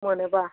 मोनोबा